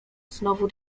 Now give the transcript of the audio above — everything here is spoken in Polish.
znowu